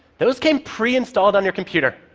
those came preinstalled on your computer,